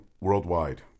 worldwide